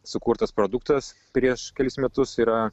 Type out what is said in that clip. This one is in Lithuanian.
sukurtas produktas prieš kelis metus yra